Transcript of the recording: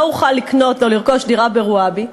לא אוכל לקנות או לרכוש דירה ברוואבי.